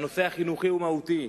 הנושא החינוכי הוא מהותי.